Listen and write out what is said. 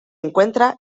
encuentra